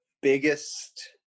biggest